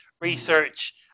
research